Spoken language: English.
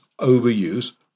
overuse